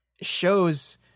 shows